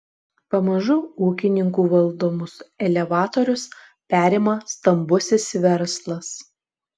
pamažu ūkininkų valdomus elevatorius perima stambusis verslas